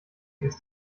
ist